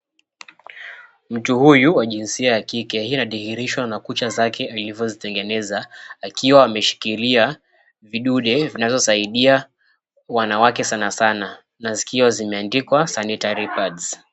Mtu huyu wa jinsia ya kike hii ina dhihirishwa na kucha zake akiwa ameshikilia vidude vinavyo saidia wananwake sana sana zikiwa zimeandikwa Sanitary Pads.